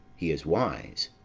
he is wise,